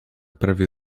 prawie